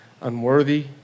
unworthy